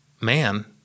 man